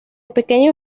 pequeño